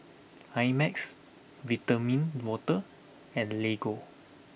IMAX Vitamin Water and Lego